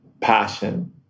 passion